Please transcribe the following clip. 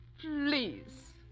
please